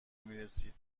میرسید